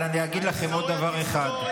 אבל אני אגיד לכם עוד דבר אחד,